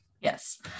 Yes